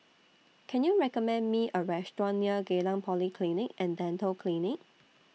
Can YOU recommend Me A Restaurant near Geylang Polyclinic and Dental Clinic